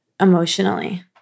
emotionally